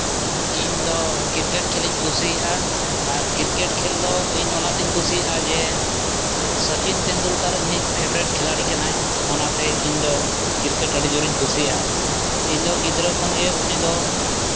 ᱤᱧᱫᱚ ᱠᱨᱤᱠᱮᱴ ᱠᱷᱮᱞᱤᱧ ᱠᱩᱥᱤᱭᱟᱜᱼᱟ ᱟᱨ ᱠᱨᱤᱠᱮᱴ ᱠᱷᱮᱞ ᱫᱚ ᱤᱧ ᱚᱱᱟᱛᱤᱧ ᱠᱩᱥᱤᱭᱟᱜᱼᱟ ᱡᱮ ᱥᱚᱪᱤᱱ ᱴᱮᱱᱰᱩᱞᱠᱟᱨ ᱤᱧᱤᱡ ᱯᱷᱮᱵᱟᱨᱤᱴ ᱠᱷᱮᱞᱟᱲᱤ ᱠᱟᱱᱟᱭ ᱚᱱᱟᱛᱮ ᱤᱧᱫᱚ ᱠᱨᱤᱠᱮᱴ ᱟᱹᱰᱤ ᱡᱳᱨᱤᱧ ᱠᱩᱥᱤᱭᱟᱜᱼᱟ ᱤᱧᱫᱚ ᱜᱤᱫᱽᱨᱟᱹ ᱠᱷᱚᱱᱜᱮ ᱩᱱᱤᱫᱚ